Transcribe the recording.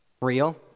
real